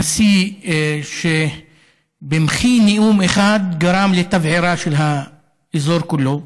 נשיא שבמחי נאום אחד גרם לתבערה של האזור כולו,